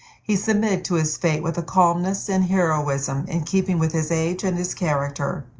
he submitted to his fate with a calmness and heroism in keeping with his age and his character.